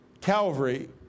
Calvary